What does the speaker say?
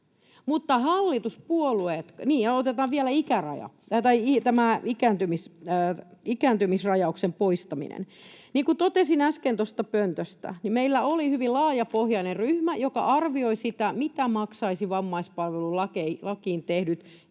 mutta hallituspuolueet... Niin, ja otetaan vielä tämä ikääntymisrajauksen poistaminen. Niin kuin totesin äsken tuolta pöntöstä, meillä oli hyvin laajapohjainen ryhmä, joka arvioi, mitä vammaispalvelulakiin tehdyt